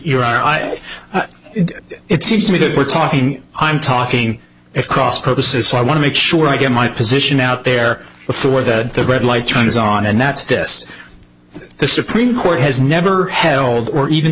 your i it seems to me that we're talking i'm talking at cross purposes so i want to make sure i get my position out there before the red light turns on and that's this the supreme court has never held or even